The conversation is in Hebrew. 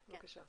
כן.